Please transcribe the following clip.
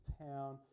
town